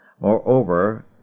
Moreover